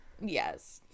Yes